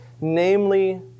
namely